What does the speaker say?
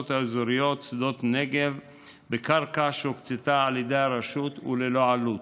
האזורית שדות נגב בקרקע שהוקצתה על ידי הרשות וללא עלות.